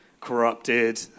corrupted